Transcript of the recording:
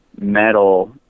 metal